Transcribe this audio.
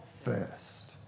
first